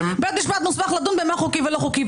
בית משפט מוסמך לדון במה חוקי ובמה לא חוקי.